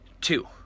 Two